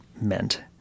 meant